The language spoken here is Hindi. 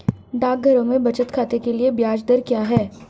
डाकघरों में बचत खाते के लिए ब्याज दर क्या है?